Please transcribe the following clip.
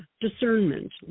discernment